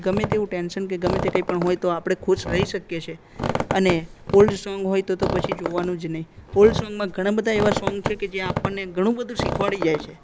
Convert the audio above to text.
ગમે તેવું ટેન્શન કે ગમે તે કંઈ પણ હોય તો આપણે ખુશ રહી શકીએ છે અને ઓલ્ડ સોંગ હોય તો તો પછી જોવાનું જ નહીં ઓલ્ડ સોંગમાં ઘણાબધા એવા સોંગ છે કે જે આપણને ઘણુંબધું શીખવાડી જાય છે